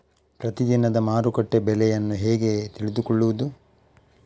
ಪ್ರತಿದಿನದ ಮಾರುಕಟ್ಟೆ ಬೆಲೆಯನ್ನು ಹೇಗೆ ತಿಳಿದುಕೊಳ್ಳುವುದು?